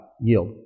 yield